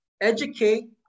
Educate